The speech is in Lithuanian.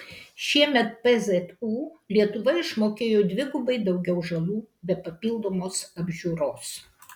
šiemet pzu lietuva išmokėjo dvigubai daugiau žalų be papildomos apžiūros